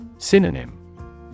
Synonym